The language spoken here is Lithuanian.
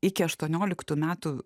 iki aštuonioliktų metų